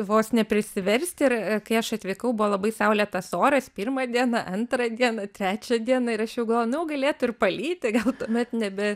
vos neprisiversti ir kai aš atvykau buvo labai saulėtas oras pirmą dieną antrą dieną trečią dieną ir aš jau galvoju nu jau galėtų ir palyti gal tuomet nebe